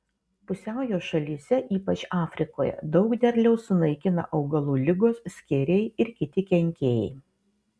pusiaujo šalyse ypač afrikoje daug derliaus sunaikina augalų ligos skėriai ir kiti kenkėjai